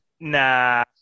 Nah